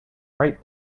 bright